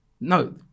No